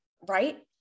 right